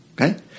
Okay